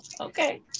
okay